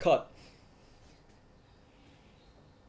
cut